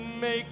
Make